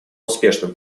успешным